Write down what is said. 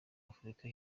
afurika